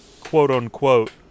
quote-unquote